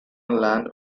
land